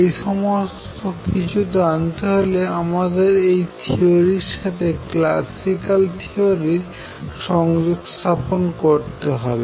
এই সমস্ত কিছু জানতে হলে আমাদের এই থিওরির সাথে ক্লাসিক্যাল থিওরির সংযোগ স্থাপন করতে হবে